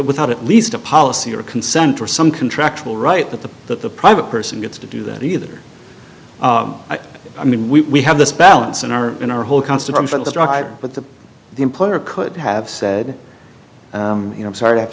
without at least a policy or consent or some contractual right that the that the private person gets to do that either i mean we have this balance in our in our whole constant but the the employer could have said you know i'm sorry to have